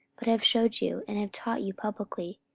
but have shewed you, and have taught you publickly,